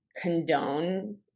condone